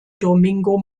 domingo